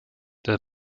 der